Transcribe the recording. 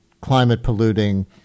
climate-polluting